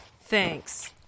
Thanks